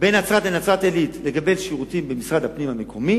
בין נצרת לנצרת-עילית לגבי שירותים במשרד הפנים המקומי